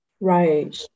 right